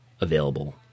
available